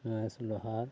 Mahesh Lohar